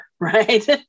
Right